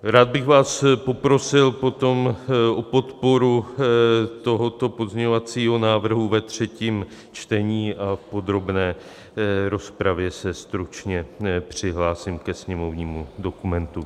Rád bych vás poprosil potom o podporu tohoto pozměňovacího návrhu ve třetím čtení a v podrobné rozpravě se stručně přihlásím ke sněmovnímu dokumentu.